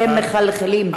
והם מחלחלים.